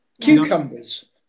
cucumbers